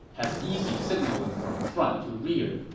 has easy signaling from front to rear,